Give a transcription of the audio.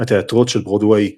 התיאטראות של ברודוויי ועוד.